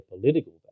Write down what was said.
political